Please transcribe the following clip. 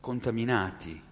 contaminati